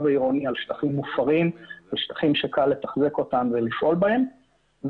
העירוני על שטחים מופרים ושטחים שקל לתחזק אותם ולפעול בהם,